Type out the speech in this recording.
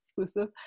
exclusive